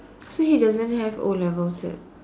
so he doesn't have O-level cert